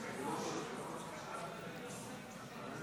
נתקבל.